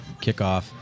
kickoff